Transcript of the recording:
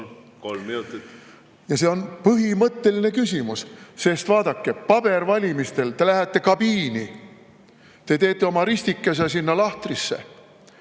See on põhimõtteline küsimus, sest vaadake, pabervalimistel te lähete kabiini, te teete oma ristikese sinna lahtrisse,